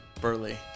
Burley